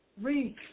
Read